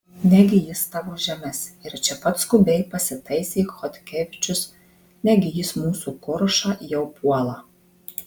negi jis tavo žemes ir čia pat skubiai pasitaisė chodkevičius negi jis mūsų kuršą jau puola